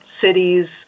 cities